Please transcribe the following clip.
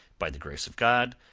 by the grace of god,